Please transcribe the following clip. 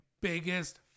biggest